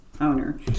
owner